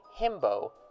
himbo